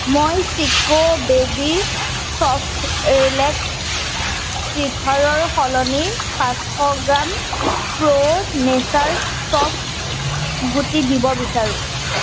মই Chicco baby soft relax টিথাৰৰ সলনি পাঁচশ গ্ৰাম প্ৰো' নেচাৰ চফগুটি দিব বিচাৰোঁ